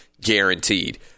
guaranteed